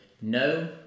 no